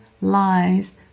lies